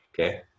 okay